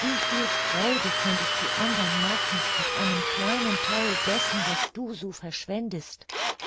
wie viel freude könntest du andern machen mit einem kleinen theil dessen was du so verschwendest